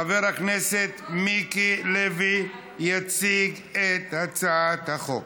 חבר הכנסת מיקי לוי יציג את הצעת החוק.